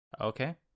Okay